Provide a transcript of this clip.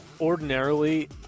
ordinarily